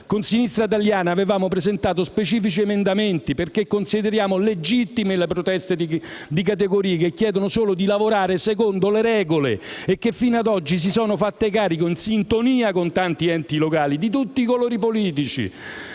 Con Sinistra Italiana avevamo presentato specifici emendamenti, perché consideriamo legittime le proteste di categorie che chiedono solo di lavorare secondo le regole e che fino ad oggi si sono fatte carico, in sintonia con tanti enti locali di tutti i colori politici,